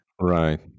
Right